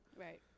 right